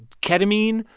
ketamine.